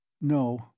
No